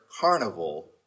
carnival